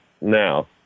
now